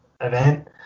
event